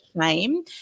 shame